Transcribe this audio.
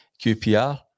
QPR